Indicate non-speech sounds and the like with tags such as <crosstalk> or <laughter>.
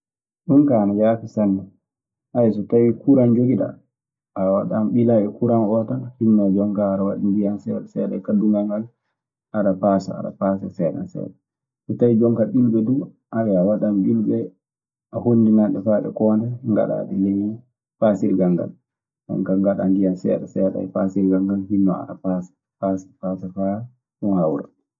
Aun kaa ana yaafi sanne. <hesitation> so tawii kuraŋ njogiɗaa, a ɓilan e kuraŋ oo tan. A hinnanjonkaa aɗa waɗa ndiyan seeɗa seeɗa e kaddullan ngal, aɗa paasa aɗa paasa seeɗan seeɗan. So tawii jonkaa ƴulɓe duu, <hesitation> a waɗan ƴulɓe, a hoondinan ɗe faa ɗe koonda, ngaɗaa ɗe ley paasirgal ngal. Jonkaa, ngaɗaa ndiyan seeɗan seeɗan e paasirgal ngal. Hinnoo, aɗe paasa paasa faa ɗun hawra